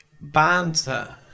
Banter